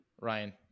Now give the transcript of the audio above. ryan